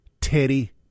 Teddy